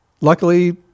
luckily